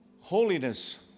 Holiness